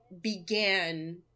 began